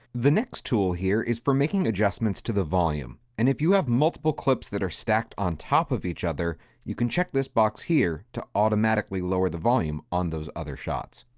the next tool here is for making adjustments to the volume and if you have multiple clips that are stacked on top of each other, you can check this box here to automatically lower the volume on those other shots.